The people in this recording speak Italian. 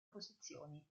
posizioni